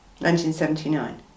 1979